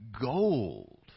Gold